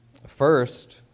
First